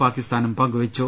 പാകിസ്ഥാനും പങ്കുവെച്ചു